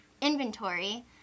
inventory